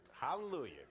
hallelujah